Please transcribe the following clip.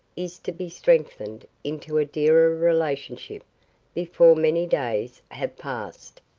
is to be strengthened into a dearer relationship before many days have passed.